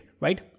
right